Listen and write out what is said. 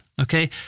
Okay